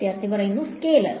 വിദ്യാർത്ഥി സ്കെലാർ